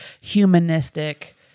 humanistic